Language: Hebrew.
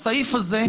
הסעיף הזה,